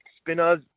spinners